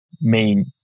main